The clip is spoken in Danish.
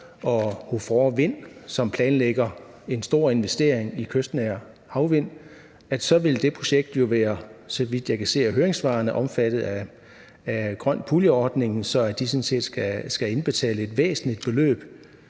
og HOFOR Vind, som planlægger en stor investering i kystnær havvind, at det projekt jo vil være, så vidt jeg kan se af høringssvarene, omfattet af grøn pulje-ordningen, så de sådan set skal indbetale et væsentligt beløb,